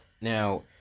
Now